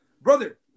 brother